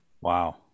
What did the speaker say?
Wow